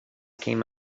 came